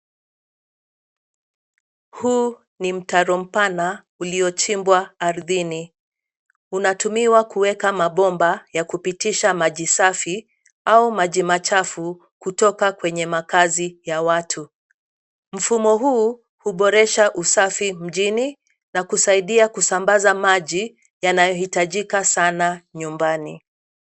Huu ni mtaro mpana uliochimbwa ardhini. Unatumiwa kuweka mabomba ya kupitisha maji safi au maji machafu kutoka kwenye makazi ya watu. Mfumo huu, huboresha usafi mjini, na kusaidia kusambaza maji yanayohitajika sana nyumbani.